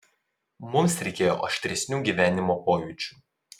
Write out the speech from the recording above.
mums reikėjo aštresnių gyvenimo pojūčių